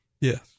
Yes